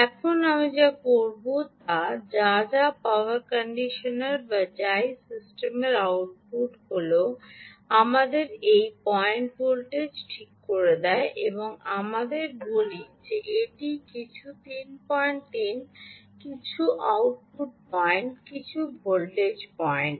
এখন আমি যা করবো তা যা যা পাওয়ার কন্ডিশনার বা যা ই সিস্টেমের আউটপুট হল আমাদের এই পয়েন্টে ভোল্টেজ ঠিক করে দেয় এবং আমাদের বলি যে এটি কিছু 33 ভোল্ট কিছু আউটপুট পয়েন্ট কিছু ভোল্টেজ পয়েন্ট